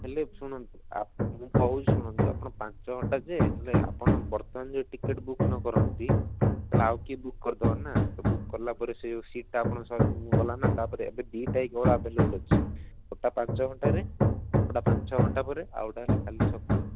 ହେଲେ ଶୁଣନ୍ତୁ ମୁଁ କହୁଛି ଶୁଣନ୍ତୁ ଆପଣ ପାଞ୍ଚ ଘଣ୍ଟା ଯେ ହେଲେ ଆପଣ ବର୍ତ୍ତମାନ ଯଦି ଟିକେଟ୍ ବୁକ୍ ନ କରନ୍ତି ତାହେଲେ ଆଉ କିଏ ବୁକ୍ କରିଦେବା ନା ତ ବୁକ୍ କଲାପରେ ସେ ଯେଉଁ ସିଟ୍ଟା ଗଲା ନା ତାପରେ ଏବେ ଦୁଇଟା ହିଁ କେବଳ ଆଭଲେବଲ୍ ଅଛି ଗୋଟିଏ ପାଞ୍ଚ ଘଣ୍ଟାରେ ଗୋଟିଏ ପାଞ୍ଚ ଘଣ୍ଟା ପରେ ଆଉ ଗୋଟିଏ କାଲି ସକାଳୁ